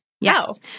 Yes